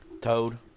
Toad